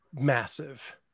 massive